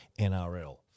NRL